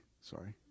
sorry